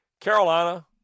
Carolina